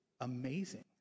amazing